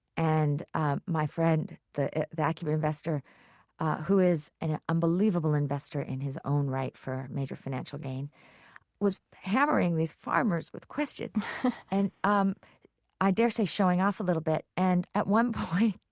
and ah my friend, the the acumen investor who is an unbelievable investor in his own right for a major financial gain was hammering these farmers with questions and, um i dare say, showing off a little bit. and at one point,